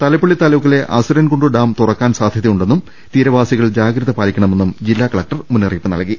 തലപ്പിള്ളി താലൂക്കിലെ അസുരൻകുണ്ട് ഡാം തുറക്കാൻ സാധ്യതയുണ്ടെന്നും തീരവാസികൾ ജാഗ്രത പാലിക്കണ മെന്നും ജില്ലാ കലക്ടർ മുന്നറിയിപ്പ് നൽകി